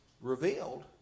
revealed